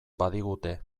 badigute